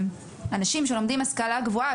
האנשים שלומדים במוסדות השכלה גבוהה,